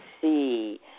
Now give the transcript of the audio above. see